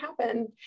happen